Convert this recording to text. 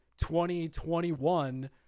2021